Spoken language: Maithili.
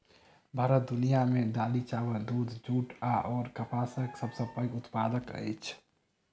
भारत दुनिया मे दालि, चाबल, दूध, जूट अऔर कपासक सबसे पैघ उत्पादक अछि